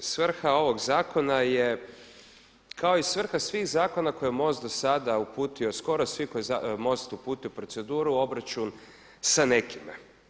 Svrha ovog zakona je kao i svrha svih zakona koje je MOST do sada uputio skoro svi koje je MOST uputio u proceduru obračun sa nekima.